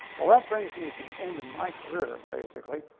well, that brings me to the end of my career, basically.